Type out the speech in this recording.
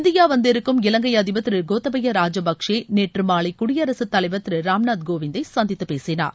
India வந்திருக்கும் இலங்கை அதிபர் திரு கோத்தபயா ராஜபக்சே நேற்று மாலை குடியரசுத் தலைவர் திரு ராம்நாத் கோவிந்தை சந்தித்துப் பேசினார்